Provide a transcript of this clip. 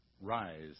rise